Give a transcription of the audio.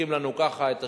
מחזיקים לנו את השיבר,